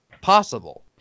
possible